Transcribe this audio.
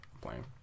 playing